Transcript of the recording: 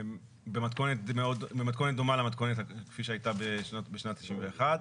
במתכונת דומה לזו שהייתה בשנת 1991,